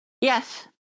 Yes